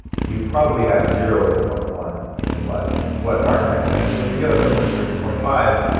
you probably have zero or point one in your blood. and what mark and i are saying is look, if you get up to point three to point five,